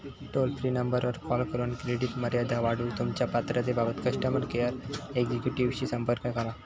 toll free नंबरवर call करून credit मर्यादा वाढवूक तुमच्यो पात्रतेबाबत कस्टमर केअर एक्झिक्युटिव्हशी संपर्क करा